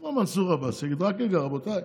יבוא מנסור עבאס, יגיד: רק רגע, רבותיי,